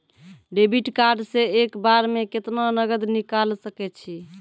Debit card से एक बार मे केतना नगद निकाल सके छी?